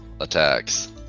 attacks